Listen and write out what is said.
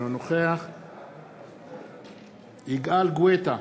אינו נוכח יגאל גואטה,